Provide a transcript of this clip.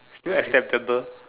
still acceptable